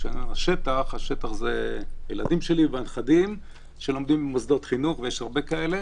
כשהשטח זה הילדים שלי והנכדים שלומדים במוסדות חינוך ויש הרבה כאלה